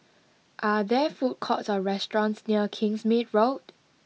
are there food courts or restaurants near Kingsmead Road